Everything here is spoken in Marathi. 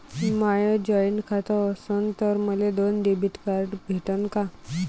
माय जॉईंट खातं असन तर मले दोन डेबिट कार्ड भेटन का?